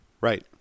Right